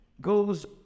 goes